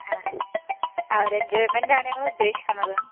ആ ആ ഒരു എൻജോയ്മെൻറ്റാണ് ഞങ്ങളുദ്ദേശിക്കുന്നത്